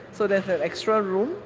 so there's an extra room.